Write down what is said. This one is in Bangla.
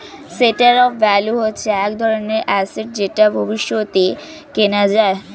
স্টোর অফ ভ্যালু হচ্ছে এক ধরনের অ্যাসেট যেটা ভবিষ্যতে কেনা যায়